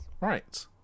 Right